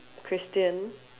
Christian